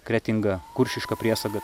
kretinga kuršiška priesaga